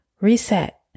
reset